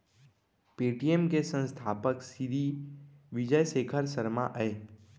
Paytm के संस्थापक सिरी विजय शेखर शर्मा अय